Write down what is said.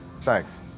Thanks